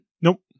Nope